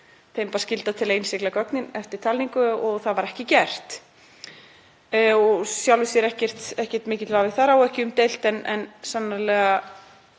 þeim bar skylda til að innsigla gögnin eftir talningu og það var ekki gert. Í sjálfu sér ekki mikill vafi þar á og ekki umdeilt en sannarlega